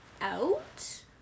out